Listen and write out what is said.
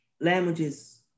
languages